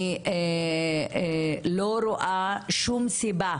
אני לא רואה שום סיבה